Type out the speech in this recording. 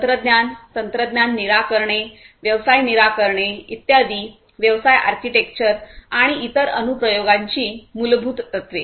तंत्रज्ञान तंत्रज्ञान निराकरणे व्यवसाय निराकरणे इत्यादी व्यवसाय आर्किटेक्चर आणि इतर अनु प्रयोगांची मूलभूत तत्त्वे